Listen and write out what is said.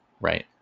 right